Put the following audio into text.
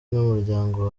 n’umuryango